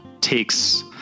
takes